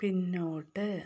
പിന്നോട്ട്